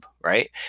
right